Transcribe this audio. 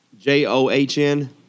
J-O-H-N